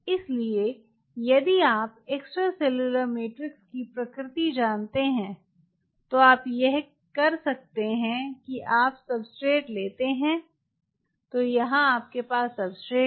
इसलिए यदि आप एक्स्ट्रासेलुलर मैट्रिक्स की प्रकृति जानते हैं तो आप यह कर सकते हैं कि आप सब्सट्रेट लेते हैं तो यहां आपके पास सब्सट्रेट है